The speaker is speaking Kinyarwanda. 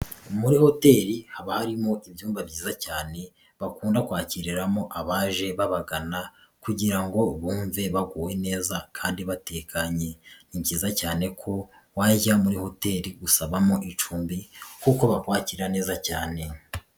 Muri hoteli haba harimo ibyumba byiza cyane, bakunda kwakiriramo abaje babagana kugira ngo bumve baguwe neza kandi batekanye. Ni byiza cyane ko wajya muri hoteli gusabamo icumbi kuko bakwakira neza cyane.